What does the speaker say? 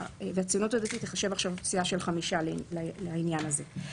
הציונות הדתית תיחשב עכשיו סיעה של 5 לעניין הזה.